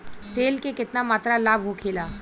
तेल के केतना मात्रा लाभ होखेला?